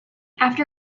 after